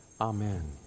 Amen